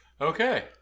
Okay